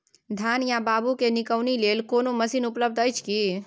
धान या बाबू के निकौनी लेल कोनो मसीन उपलब्ध अछि की?